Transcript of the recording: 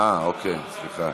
יום רביעי בשעה, אוקיי, סליחה.